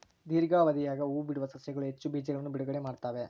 ದೀರ್ಘಾವಧಿಯಾಗ ಹೂಬಿಡುವ ಸಸ್ಯಗಳು ಹೆಚ್ಚು ಬೀಜಗಳನ್ನು ಬಿಡುಗಡೆ ಮಾಡ್ತ್ತವೆ